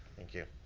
thank you.